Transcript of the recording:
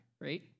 right